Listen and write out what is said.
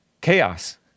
chaos